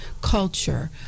culture